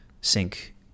sync